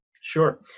Sure